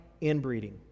inbreeding